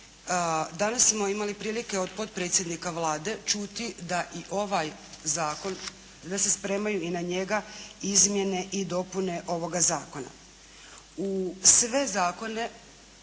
Danas smo imali prilike od potpredsjednika Vlade čuti da i ovaj zakon, već se spremaju i na njega izmjene i dopune ovoga zakona.